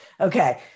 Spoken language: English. Okay